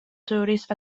tourist